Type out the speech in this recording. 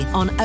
on